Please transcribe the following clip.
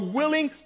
willing